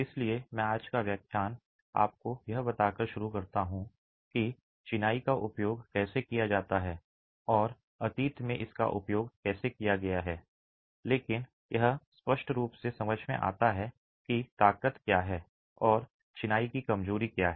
इसलिए मैं आज का व्याख्यान आपको यह बताकर शुरू करता हूं कि चिनाई का उपयोग कैसे किया जाता है और अतीत में इसका उपयोग कैसे किया गया है लेकिन यह स्पष्ट रूप से समझ में आता है कि ताकत क्या है और चिनाई की कमजोरी क्या है